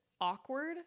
awkward